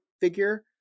figure